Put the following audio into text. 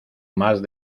más